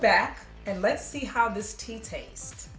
back and let's see how this team taste